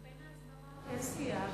היה קמפיין ההסברה שכן סייע,